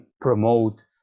promote